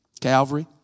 Calvary